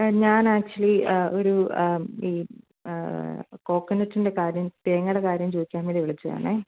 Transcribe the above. ആ ഞാൻ ആക്ച്വലി ഒരു ഈ കോക്കനട്ടിന്റെ കാര്യം തേങ്ങേടെ കാര്യം ചോദിക്കാൻ വേണ്ടി വിളിച്ചതാണ്